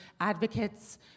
advocates